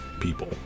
people